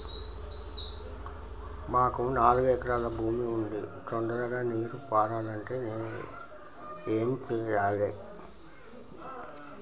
మాకు నాలుగు ఎకరాల భూమి ఉంది, తొందరగా నీరు పారాలంటే నేను ఏం చెయ్యాలే?